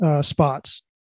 spots